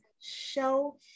show